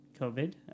COVID